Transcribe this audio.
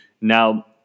Now